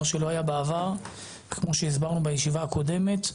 שלא היה בעבר כמו שהסברנו בישיבה הקודמת.